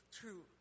true